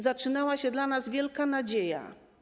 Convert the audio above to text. Zaczynała się dla nas wielka nadzieja.